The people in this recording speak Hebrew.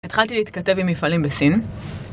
התחלתי להתכתב עם מפעלים בסין.